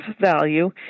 value